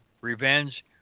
revenge